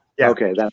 Okay